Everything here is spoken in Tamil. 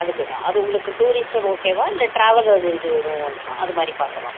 அதுக்கு தான் அது உங்களுக்கு டூரிஸ்ட்டர் ஓகேவா இல்லை ட்ராவல் அது இது எதுவும் வேணுமா அது மாதிரி பக்கவா